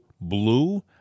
blue